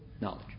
knowledge